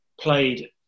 played